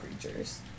creatures